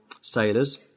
sailors